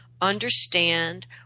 understand